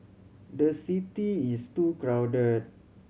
the city is too crowded